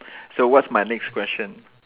so what's my next question